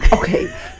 okay